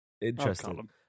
interesting